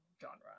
genre